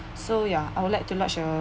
so ya I would like to lodge a